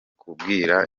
kubibwira